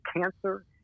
cancer